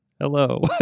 Hello